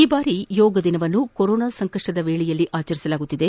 ಈ ಬಾರಿ ಯೋಗದಿನವನ್ನು ಕೊರೊನಾ ಸಂಕಷ್ಷದ ಸಮಯದಲ್ಲಿ ಆಚರಿಸಲಾಗುತ್ತಿದೆ